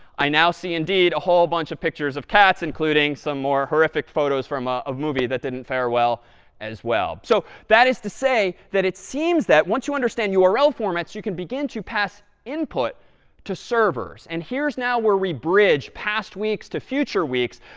i now see, indeed, a whole bunch of pictures of cats, including some more horrific photos from ah a movie that didn't fare well as well. so that is to say that it seems that once you understand url formats, you can begin to pass input to servers. and here's now where we bridge past weeks to future weeks.